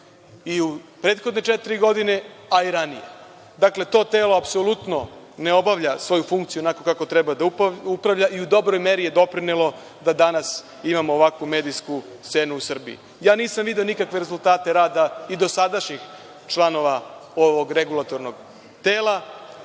i u prethodne četiri godine, a i ranije. To telo apsolutno ne obavlja svoju funkciju kako treba da radi i u dobroj meri je doprinelo da danas imamo ovakvu medijsku scenu u Srbiji. Nisam video nikakve rezultate rada i dosadašnjih članova ovog regulatornog tela,